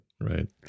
Right